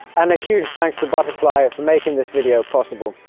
and a huge thanks to butterfly for making this video possible.